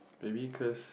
maybe cause